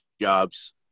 jobs